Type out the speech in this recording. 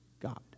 God